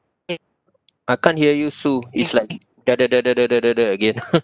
I can't hear you sue it's like again